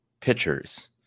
pitchers